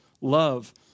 love